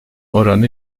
oranı